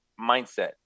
mindset